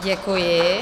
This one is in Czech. Děkuji.